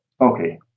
Okay